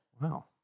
Wow